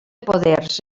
poders